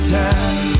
time